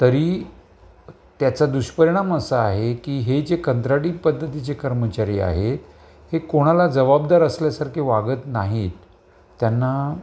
तरी त्याचा दुष्परिणाम असा आहे की हे जे कंत्राटी पद्धतीचे कर्मचारी आहेत हे कोणाला जबाबदार असल्यासारखे वागत नाहीत त्यांना